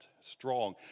strong